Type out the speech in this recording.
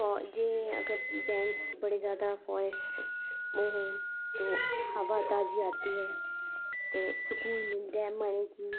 ते जे डैंस बड़े फारैस बड़े जादा माउंटेन बौह्त जादा आती है ते सकून मिलदा ऐ मतलव कि